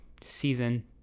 Season